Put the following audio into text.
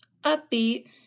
upbeat